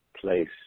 place